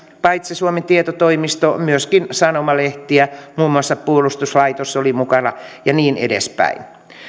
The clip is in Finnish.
paitsi suomen tietotoimisto myöskin sanomalehtiä muun muassa puolustuslaitos oli mukana ja niin edespäin